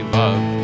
love